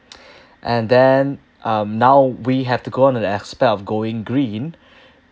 and then um now we have to go out of the aspect of going green